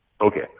Okay